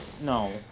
No